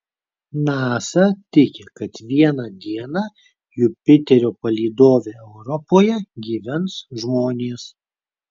nasa tiki kad vieną dieną jupiterio palydove europoje gyvens žmonės